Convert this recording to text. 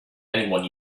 anyone